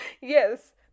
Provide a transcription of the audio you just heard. Yes